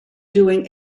doing